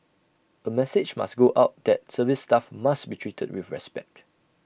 A message must go out that service staff must be treated with respect